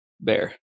bear